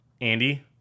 andy